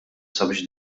sabiex